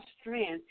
strength